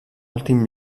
últim